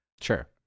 Sure